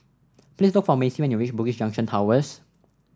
please look for Macy when you reach Bugis Junction Towers